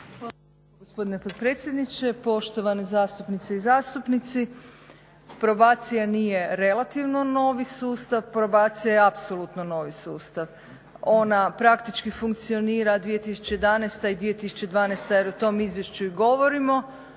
Hvala vam lijepo gospodine potpredsjedniče. Poštovane zastupnice i zastupnici. Probacija nije relativno novi sustav, probacija je apsolutno novi sustav. Ona praktički funkcionira 2011.i 2012.jer o tom izvješću i govorimo